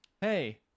Hey